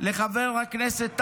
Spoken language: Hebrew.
לחבר הכנסת טייב,